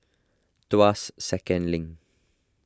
Tuas Second Link